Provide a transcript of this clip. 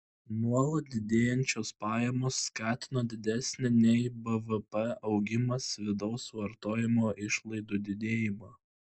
nuolat didėjančios pajamos skatino didesnį nei bvp augimas vidaus vartojimo išlaidų didėjimą